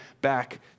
back